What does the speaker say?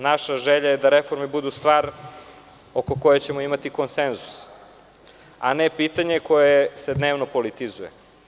Naša želja je da reforme budu stvar oko koje ćemo imati konsenzus, a ne pitanje koje se dnevno politizuje.